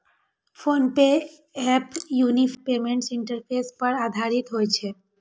PhonePe app unified payments interface पर आधारित होइ छै